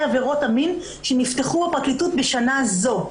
עבירות המין שנפתחו בפרקליטות בשנה הזו,